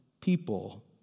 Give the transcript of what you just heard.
people